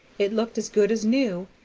it looked as good as new,